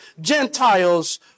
Gentiles